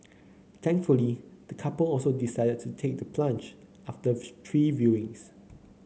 thankfully the couple also decided to take the plunge after three viewings